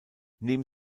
neben